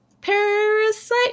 Parasite